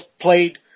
played